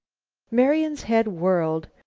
marian's head whirled.